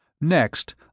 Next